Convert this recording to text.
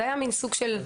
זה היה מין סוג של,